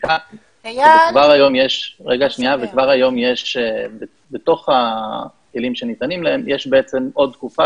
וכבר היום יש בתוך הכלים שניתנים להם עוד תקופה